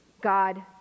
God